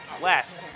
Last